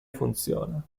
funziona